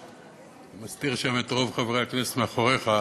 אתה מסתיר שם את רוב חברי הכנסת מאחוריך,